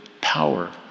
power